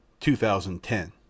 2010